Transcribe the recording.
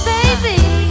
Baby